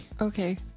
Okay